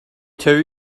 two